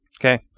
Okay